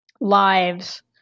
lives